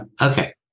Okay